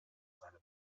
seine